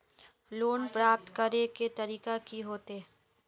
Loan प्राप्त करे के तरीका की होते?